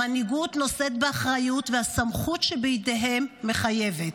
המנהיגות נושאת באחריות והסמכות שבידיה מחייבת.